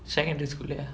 secondary school லயா:layaa